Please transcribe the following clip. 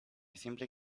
simply